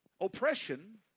Oppression